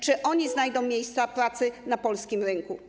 Czy oni znajdą miejsca pracy na polskim rynku?